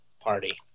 party